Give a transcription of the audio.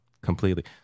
Completely